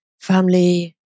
family